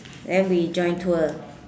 then we join tour